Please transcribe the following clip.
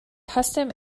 custom